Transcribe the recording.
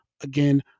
again